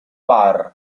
bar